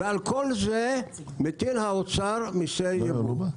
ועל כל זה מטיל האוצר מסי ייבוא.